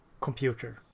computer